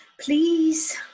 Please